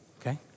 okay